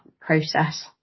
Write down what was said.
process